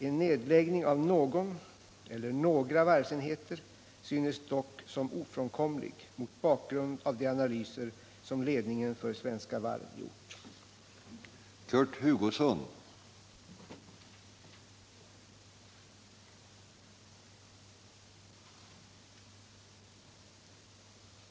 En nedläggning - Nr 32 av någon eller några varvsenheter synes dock ofrånkomlig mot bakgrund Tisdagen den av de analyser som ledningen för Svenska Varv gjort. 22 november 1977